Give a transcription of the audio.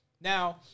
Now